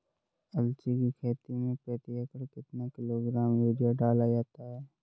अलसी की खेती में प्रति एकड़ कितना किलोग्राम यूरिया डाला जाता है?